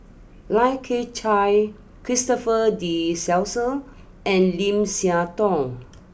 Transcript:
Lai Kew Chai Christopher De Souza and Lim Siah Tong